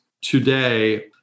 today